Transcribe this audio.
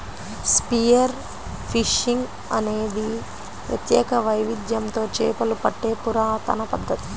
spear fishing అనేది ప్రత్యేక వైవిధ్యంతో చేపలు పట్టే పురాతన పద్ధతి